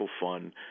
Fund